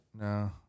No